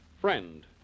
friend